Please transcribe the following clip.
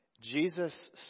Jesus